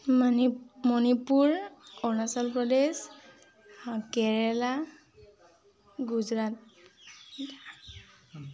Manipur Arunachal Pradesh Kerala Gujarat